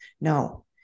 No